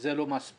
זה לא מספיק.